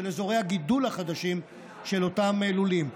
של אזורי הגידול החדשים של אותם לולים,